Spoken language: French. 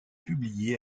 publié